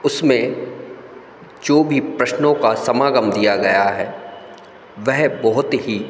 उसमें जो भी प्रश्नों का समागम दिया गया है वह बहुत ही